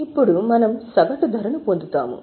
ఇప్పుడు మనం సగటు ధరను పొందుతాము